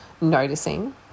noticing